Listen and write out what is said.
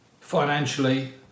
Financially